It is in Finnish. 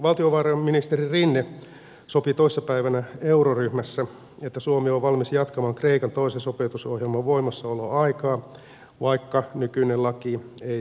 valtiovarainministeri rinne sopi toissa päivänä euroryhmässä että suomi on valmis jatkamaan kreikan toisen sopeutusohjelman voimassaoloaikaa vaikka nykyinen laki ei sitä salli